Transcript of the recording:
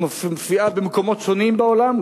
מופיעה במקומות שונים בעולם,